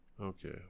Okay